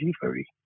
delivery